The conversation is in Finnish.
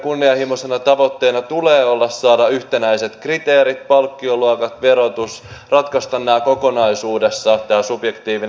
kunnianhimoisena tavoitteena tulee olla saada yhtenäiset kriteerit palkkioluokat verotus ratkaista kokonaisuudessaan tämä subjektiivinen oikeus